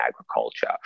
agriculture